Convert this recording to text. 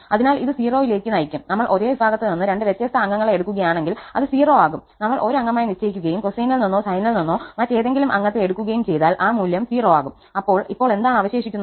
അതിനാൽ ഇത് 0 ലേക്ക് നയിക്കുംനമ്മൾ ഒരേ വിഭാഗത്തിൽ നിന്ന് രണ്ട് വ്യത്യസ്ത അംഗങ്ങളെ എടുക്കുകയാണെങ്കിൽ അത് 0 ആകുംനമ്മൾ 1 അംഗമായി നിശ്ചയിക്കുകയും കൊസൈനിൽ നിന്നോ സൈനിൽ നിന്നോ മറ്റേതെങ്കിലും അംഗത്തെ എടുക്കുകയും ചെയ്താൽ ആ മൂല്യം 0 ആകുംഅപ്പോൾ ഇപ്പോൾ എന്താണ് അവശേഷിക്കുന്നത്